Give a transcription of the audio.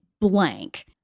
blank